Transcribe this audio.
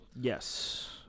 Yes